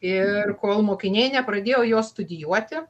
ir kol mokiniai nepradėjo jos studijuoti